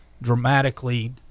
dramatically